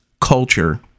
culture